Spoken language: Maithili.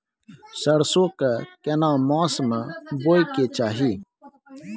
सरसो के केना मास में बोय के चाही?